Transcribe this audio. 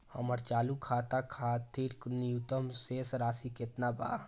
हमर चालू खाता खातिर न्यूनतम शेष राशि केतना बा?